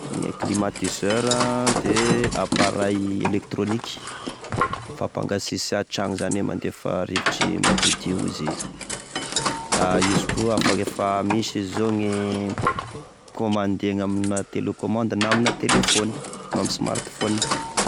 Gne climatiseur appareil electronique: fampangatsitsia trano mandefa rivotra madiodio izy izy koa afa, efa misy izy gne commande-na ame telecommande na amina telephone! Na amin'ny smartphone.